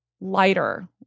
lighter